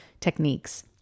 techniques